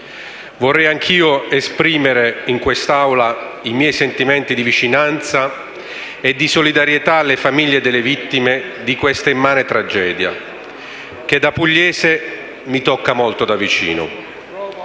Vorrei anch'io esprimere in quest'Aula i miei sentimenti di vicinanza e di solidarietà alle famiglie delle vittime di questa immane tragedia, che da pugliese mi tocca molto da vicino.